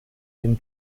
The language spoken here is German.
den